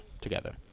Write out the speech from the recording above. together